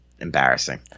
Embarrassing